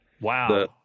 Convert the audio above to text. Wow